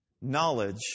knowledge